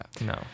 no